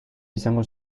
izango